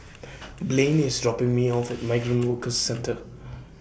Blaine IS dropping Me off At Migrant Workers Centre